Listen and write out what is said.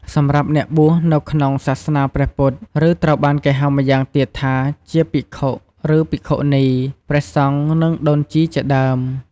សម្រាប់់អ្នកបួសនៅក្នុងសាសនាព្រះពុទ្ធ ឬត្រូវបានគេហៅម៉្យាងទៀតថាជា ភិក្ខុឬភិក្ខុនី ព្រះសង្ឃ និងដូនជីជាដើម។